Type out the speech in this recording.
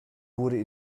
wurde